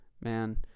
Man